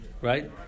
right